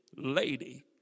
lady